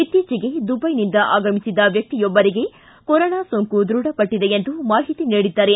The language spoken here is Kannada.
ಇತ್ತೀಚಿಗೆ ದುಬೈನಿಂದ ಆಗಮಿಸಿದ್ದ ವ್ಯಕ್ತಿಯೊಬ್ಬರಿಗೆ ಕೊರೊನಾ ಸೋಂಕು ದೃಢಪಟ್ಟದೆ ಎಂದು ಮಾಹಿತಿ ನೀಡಿದ್ದಾರೆ